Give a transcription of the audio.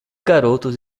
garotos